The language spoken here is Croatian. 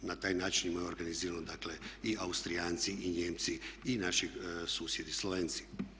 Na taj način imaju organizirano dakle i Austrijanci i Nijemci i naši susjedi Slovenci.